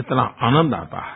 इतना आनंद आता है